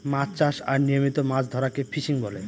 মাছ চাষ আর নিয়মিত মাছ ধরাকে ফিসিং বলে